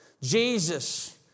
Jesus